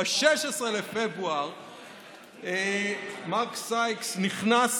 ב-16 בפברואר מארק סייקס נכנס